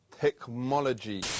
technology